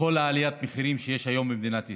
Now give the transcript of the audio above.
בכל עליית המחירים שיש היום במדינת ישראל.